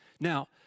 Now